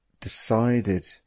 decided